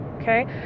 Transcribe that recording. okay